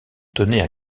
tenaient